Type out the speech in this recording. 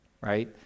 right